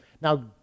Now